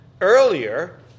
earlier